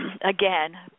again